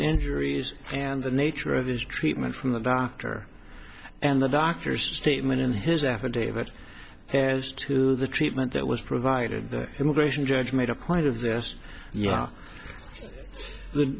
injuries and the nature of his treatment from the doctor and the doctor statement in his affidavit has to the treatment that was provided by immigration judge made a point of this yeah the